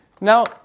Now